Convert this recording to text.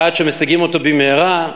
יעד שמשיגים אותו במהרה,